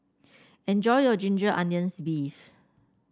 enjoy your Ginger Onions beef